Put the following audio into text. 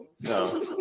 No